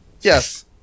Yes